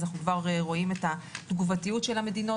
אנחנו כבר רואים את התגובתיות של המדינות,